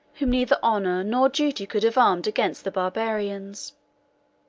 whom neither honor nor duty could have armed against the barbarians.